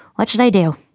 what should i do?